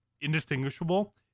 indistinguishable